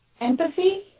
empathy